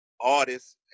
artists